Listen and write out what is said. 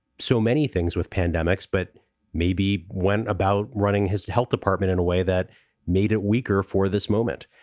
so many things with pandemics, but maybe when. about running his health department in a way that made it weaker for this moment.